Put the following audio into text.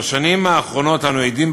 בשנים האחרונות אנו עדים,